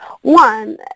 One